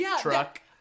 truck